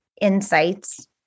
insights